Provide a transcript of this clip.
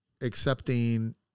accepting